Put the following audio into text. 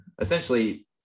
essentially